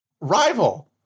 rival